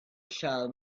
shall